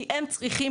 כי הם צריכים,